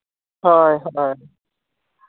ᱦᱳᱭ ᱦᱳᱭ